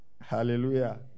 Hallelujah